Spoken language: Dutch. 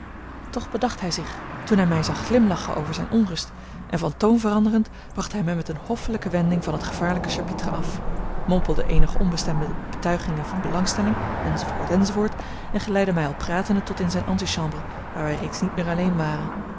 toch bedacht hij zich toen hij mij zag glimlachen over zijne onrust en van toon veranderend bracht hij mij met eene hoffelijke wending van t gevaarlijke chapitre af mompelde eenige onbestemde betuigingen van belangstelling enz enz en geleidde mij al pratende tot in zijn antichambre waar wij reeds niet meer alleen waren